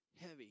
Heavy